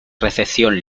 recepción